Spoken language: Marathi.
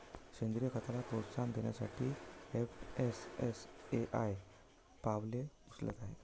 सेंद्रीय खताला प्रोत्साहन देण्यासाठी एफ.एस.एस.ए.आय पावले उचलत आहे